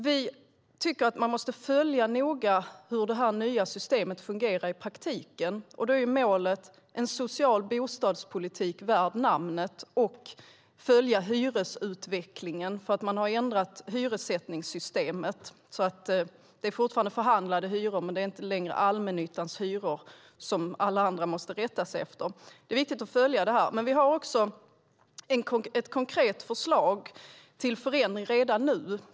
Vi tycker att man noga måste följa hur det här nya systemet fungerar i praktiken. Målet är en social bostadspolitik värd namnet. Man måste också följa hyresutvecklingen eftersom man har ändrat hyressättningssystemet. Det är fortfarande förhandlade hyror, men det är inte längre så att alla andra måste rätta sig efter allmännyttans hyror. Det är viktigt att följa detta. Vi har också ett konkret förslag till förändring redan nu.